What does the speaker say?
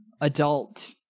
adult